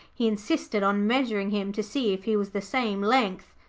he insisted on measuring him to see if he was the same length.